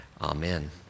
Amen